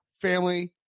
family